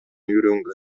үйрөнгөн